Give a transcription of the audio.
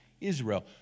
Israel